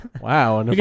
Wow